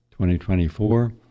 2024